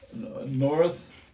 North